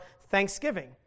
thanksgiving